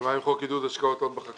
מה עם חוק עידוד השקעות הון בחקלאות,